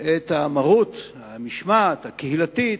את המרות, את המשמעת הקהילתית,